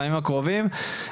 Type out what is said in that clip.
בימים הקרובים.